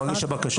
הוא מגיש בקשה.